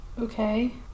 Okay